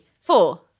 four